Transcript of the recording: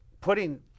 putting